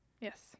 Yes